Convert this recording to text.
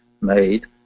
made